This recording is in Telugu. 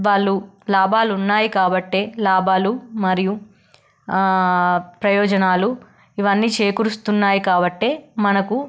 వాళ్ళు లాభాలు ఉన్నాయి కాబట్టే లాభాలు మరియు ప్రయోజనాలు ఇవన్నీ చేకూరిస్తున్నాయి కాబట్టే మనకు